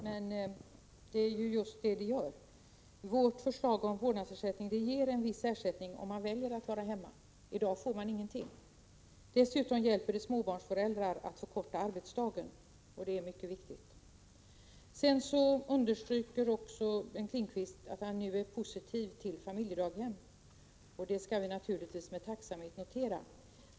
Herr talman! Statsrådet säger att det inte finns något alternativ, men det finns ju ett sådant, nämligen vårt förslag om vårdnadsersättning, som ger en viss ersättning till den som väljer att vara hemma på heltid. I dag får han eller hon ingenting. Dessutom underlättar vårdnadsersättningen för småbarnsföräldrar att förkorta arbetsdagen, och det är mycket viktigt. Vidare understryker Bengt Lindqvist att han nu är positiv till familjedaghem, och det skall vi naturligtvis med tacksamhet notera.